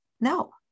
no